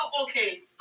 okay